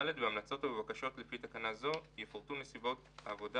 (ד) בהמלצות או בבקשות לפי תקנה זו יפורטו נסיבות העבודה